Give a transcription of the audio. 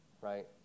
right